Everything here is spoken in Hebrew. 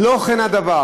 לא כן הדבר,